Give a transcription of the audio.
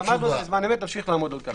קיבלנו תשובה.